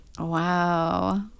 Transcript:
Wow